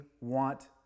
want